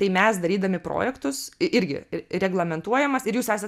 tai mes darydami projektus į irgi reglamentuojamas ir jūs esat